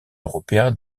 européen